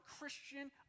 christian